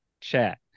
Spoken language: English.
chat